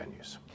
venues